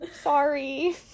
sorry